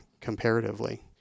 comparatively